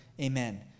Amen